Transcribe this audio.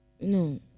No